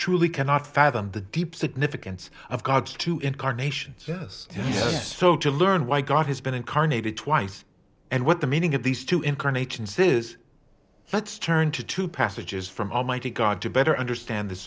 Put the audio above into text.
truly cannot fathom the deep significance of god's two incarnations yes yes so to learn why god has been incarnated twice and what the meaning of these two incarnation says let's turn to two passages from almighty god to better understand